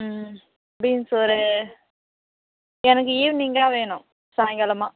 ம் பீன்ஸ்ஸு ஒரு எனக்கு ஈவ்னிங்காக வேணும் சாய்ங்காலமாக